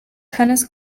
tennis